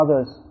others